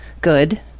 good